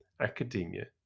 academia